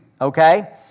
Okay